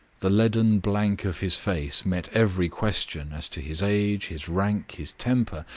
the leaden blank of his face met every question as to his age, his rank, his temper,